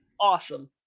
awesome